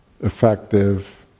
effective